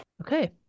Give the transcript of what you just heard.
Okay